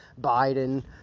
biden